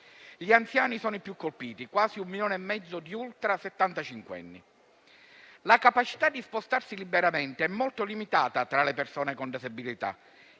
Gli anziani sono i più colpiti, quasi un milione e mezzo di ultrasettantacinquenni. La capacità di spostarsi liberamente è molto limitata tra le persone con disabilità;